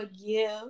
forgive